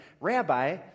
Rabbi